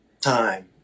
time